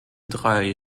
drei